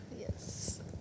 Yes